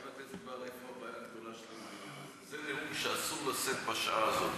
לתת דוגמה מאתמול, זה נאום שאסור לשאת בשעה הזאת.